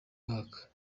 mwaka